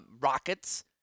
rockets